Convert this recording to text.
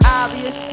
obvious